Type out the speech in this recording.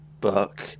book